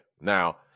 Now